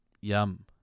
Yum